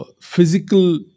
Physical